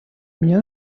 меня